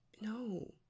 No